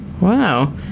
wow